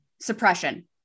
suppression